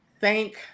thank